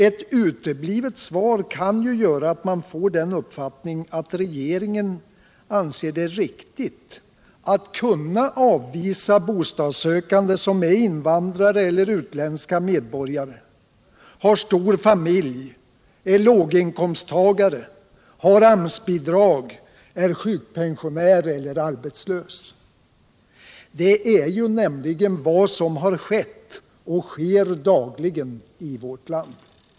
Ett uteblivet svar kan göra att man får den uppfattningen att regeringen anser det riktigt att kunna avvisa bostadssökande som är invandrare eller utländsk medborgare, har stor familj, är låginkomsttagare, har AMS-bidrag, är sjukpensionär eller arbetslös. Det är nämligen vad som har skett och sker dagligen i vårt land.